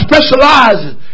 specializes